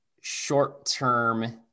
short-term